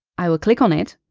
i will click on it,